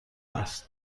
است